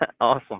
Awesome